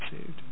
saved